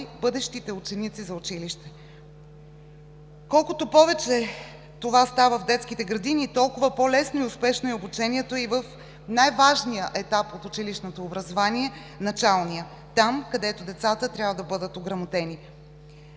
бъдещите ученици за училище. Колкото повече това става в детските градини, толкова по-лесно и успешно е обучението и в най-важния етап от училищното образование – началният – там, където децата трябва да бъдат ограмотени.